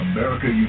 America